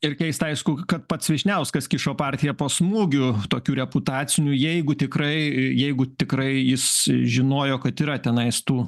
ir keista aišku kad pats vyšniauskas kišo partiją po smūgiu tokiu reputaciniu jeigu tikrai jeigu tikrai jis žinojo kad yra tenais tų